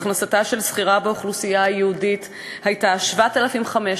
הכנסתה של שכירה באוכלוסייה היהודית הייתה 7,509,